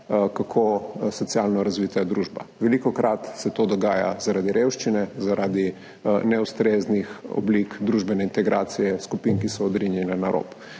kako socialno razvita je družba. Velikokrat se to dogaja zaradi revščine, zaradi neustreznih oblik družbene integracije skupin, ki so odrinjene na rob.